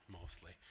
mostly